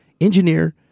engineer